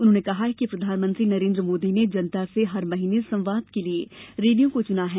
उन्होंने कहा कि प्रधानमंत्री नरेन्द्र मोदी ने जनता से हर महीने संवाद के लिए रेडियो को चुना है